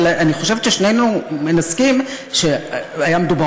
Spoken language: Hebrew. אבל אני חושבת ששנינו נסכים שהיה מדובר